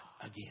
again